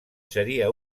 seria